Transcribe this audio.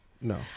no